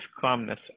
calmness